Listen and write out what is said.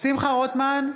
שמחה רוטמן,